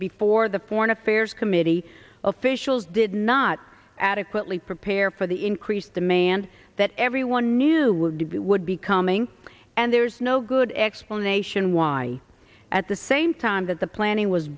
before the foreign affairs committee officials did not adequately prepare for the increased demand that everyone knew would be would be coming and there's no good explanation why at the same time that the planning was